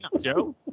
Joe